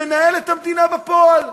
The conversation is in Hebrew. שמנהל את המדינה בפועל.